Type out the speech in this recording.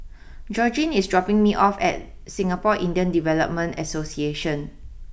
Georgine is dropping me off at Singapore Indian Development Association